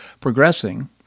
progressing